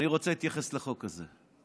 אני רוצה להתייחס לחוק הזה.